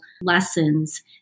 lessons